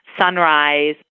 Sunrise